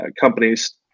companies